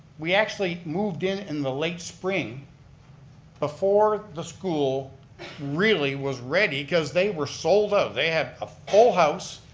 we actually moved in in the late spring before the school really was ready cause they were sold out. ah they had a full house.